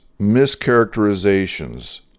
mischaracterizations